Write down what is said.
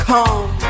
Come